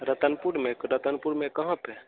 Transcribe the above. रतनपुर में क रतनपुर में कहाँ पर